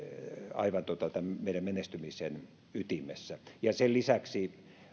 aivan meidän menestymisen ytimessä sen lisäksi